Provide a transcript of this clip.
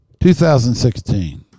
2016